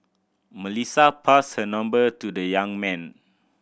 Melissa passed her number to the young man